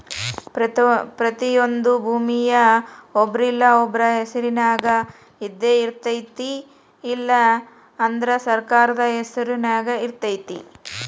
ಪ್ರತಿಯೊಂದು ಭೂಮಿಯ ಒಬ್ರಿಲ್ಲಾ ಒಬ್ರ ಹೆಸರಿನ್ಯಾಗ ಇದ್ದಯಿರ್ತೈತಿ ಇಲ್ಲಾ ಅಂದ್ರ ಸರ್ಕಾರದ ಹೆಸರು ನ್ಯಾಗ ಇರ್ತೈತಿ